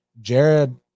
Jared